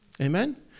Amen